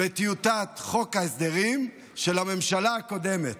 בטיוטת חוק ההסדרים של הממשלה הקודמת,